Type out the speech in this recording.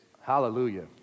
hallelujah